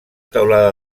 teulada